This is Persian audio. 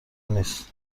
نیست